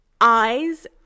eyes